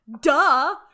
duh